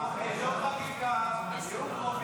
חוק התקנת מצלמות לשם הגנה על פעוטות במעונות יום לפעוטות (תיקון),